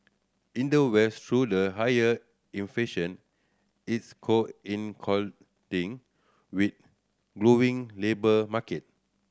in the West though the higher inflation is with glowing labour market